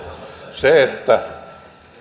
se että